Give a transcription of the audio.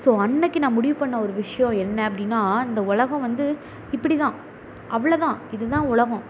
so அன்றைக்கு நான் முடிவு பண்ண ஒரு விஷயம் என்ன அப்படின்னா இந்த உலகம் வந்து இப்படி தான் அவ்வளோ தான் இதுதான் உலகம்